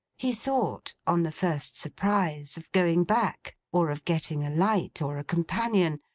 he thought, on the first surprise, of going back or of getting a light, or a companion,